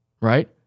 right